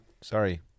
Sorry